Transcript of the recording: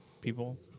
people